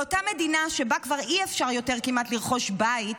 באותה מדינה, שבה כבר אי-אפשר כמעט לרכוש בית,